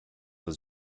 was